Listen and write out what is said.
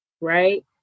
right